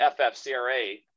FFCRA